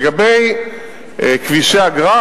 לגבי כבישי אגרה,